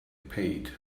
paid